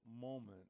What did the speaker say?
moment